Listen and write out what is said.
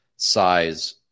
Size